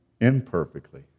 imperfectly